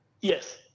Yes